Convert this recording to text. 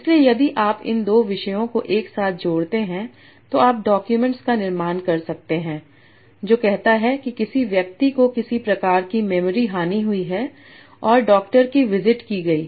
इसलिए यदि आप इन 2 विषयों को एक साथ जोड़ते हैं तो आप डॉक्यूमेंट का निर्माण कर सकते हैं जो कहता है कि किसी व्यक्ति को किसी प्रकार की मेमोरी हानि हुई थी और डॉक्टर की विजिट की गयी